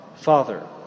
Father